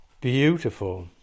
beautiful